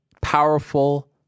powerful